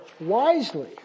wisely